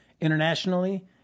Internationally